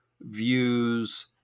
views